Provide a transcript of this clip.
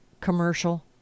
commercial